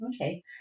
Okay